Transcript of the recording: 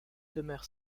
demeure